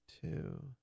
two